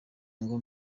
ngo